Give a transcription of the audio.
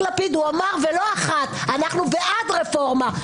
לפיד הוא אמר ולא אחת אנחנו בעד רפורמה,